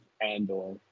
Andor